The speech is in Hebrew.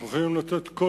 אנחנו יכולים לתת כל